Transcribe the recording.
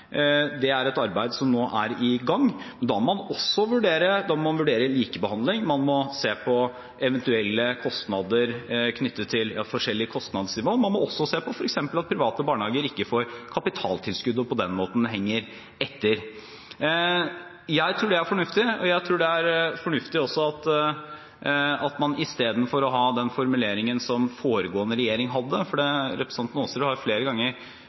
Det er et arbeid som nå er i gang. Da må man vurdere likebehandling, man må se på eventuelle kostnader knyttet til forskjellig kostnadsnivå, og man må også se på at private barnehager f.eks. ikke får kapitaltilskudd og på den måten henger etter. Jeg tror det er fornuftig. Representanten Aasrud har flere ganger nærmest kritisert meg for at vi har ønsket å likebehandle private og offentlige barnehager. Da må jeg også i dag minne om at det